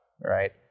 right